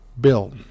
bill